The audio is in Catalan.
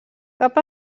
cap